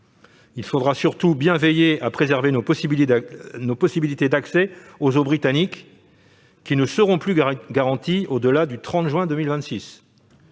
Il faudra surtout bien veiller à préserver nos possibilités d'accès aux eaux britanniques, qui ne seront plus garanties au-delà du 30 juin 2026,